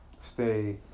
stay